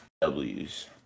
Ws